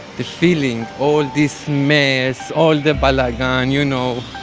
the feeling. all this mess, all the balagan, you know.